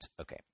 Okay